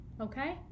okay